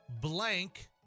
Blank